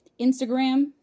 Instagram